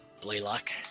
Blaylock